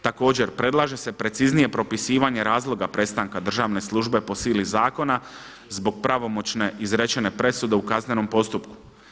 Također predlaže se preciznije propisivanje razloga prestanka državne službe po sili zakona zbog pravomoćne izrečene presude u kaznenom postupku.